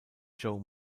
joe